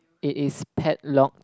it is padlock